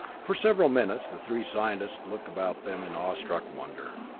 for several minutes the three scientists looked about them in awe-struck wonder.